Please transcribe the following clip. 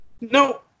No